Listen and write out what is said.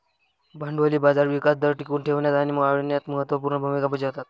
भांडवली बाजार विकास दर टिकवून ठेवण्यात आणि वाढविण्यात महत्त्व पूर्ण भूमिका बजावतात